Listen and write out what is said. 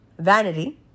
vanity